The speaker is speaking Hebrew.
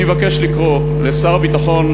אני מבקש לקרוא לשר הביטחון,